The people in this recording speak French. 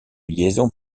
liaisons